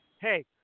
hey